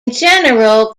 general